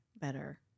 better